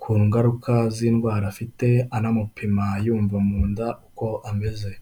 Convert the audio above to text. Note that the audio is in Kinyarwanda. ku ngaruka z'indwara afite, anamupima yumva mu nda uko ameze.